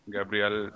Gabriel